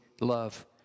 love